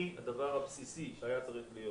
מהדבר הבסיסי שהיה צריך להיות,